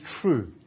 true